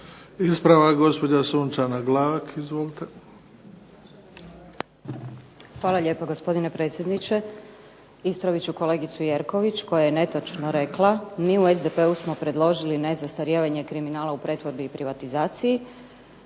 **Glavak, Sunčana (HDZ)** Hvala lijepa gospodine predsjedniče. Ispravit ću kolegicu Jerković, koja je netočno rekla mi u SDP-u smo predložili nezastarijevanje kriminala u pretvorbi i privatizaciji.